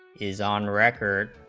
is on record,